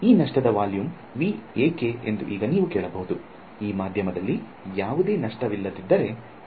ಈ ನಷ್ಟದ volume V ಏಕೆ ಎಂದು ಈಗ ನೀವು ಕೇಳಬಹುದು ಈ ಮಾಧ್ಯಮದಲ್ಲಿ ಯಾವುದೇ ನಷ್ಟವಿಲ್ಲದಿದ್ದರೆ ಏನು ಆಗುತ್ತದೆ